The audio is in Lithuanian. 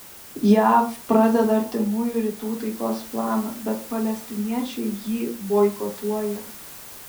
jav pradeda artimųjų rytų taikos planą bet palestiniečiai jį boikotuoja